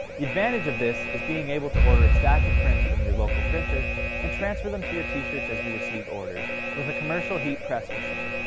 the advantage of this is being able to order a stack of prints from your local printer and transfer them to your t-shirts as you receive orders with a commercial heat press machine.